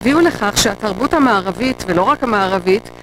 הביאו לכך שהתרבות המערבית, ולא רק המערבית,